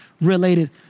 related